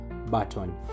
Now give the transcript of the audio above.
button